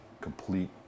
complete